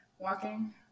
Walking